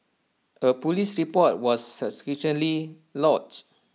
A Police report was subsequently lodged